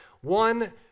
one